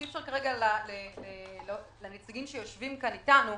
שאי אפשר לבוא לנציגים שנמצאים איתנו כאן